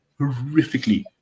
horrifically